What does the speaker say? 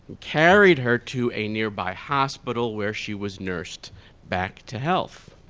carried her to a nearby hospital where she was nursed back to health.